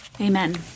Amen